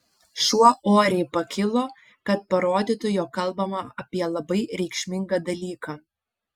šuo oriai pakilo kad parodytų jog kalbama apie labai reikšmingą dalyką